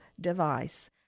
device